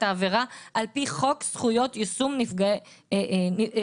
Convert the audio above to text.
העבירה על פי חוק יישום זכויות נפגעי עבירה.